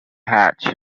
hatch